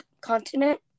Continent